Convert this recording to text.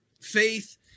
faith